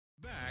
back